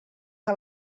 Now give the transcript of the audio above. que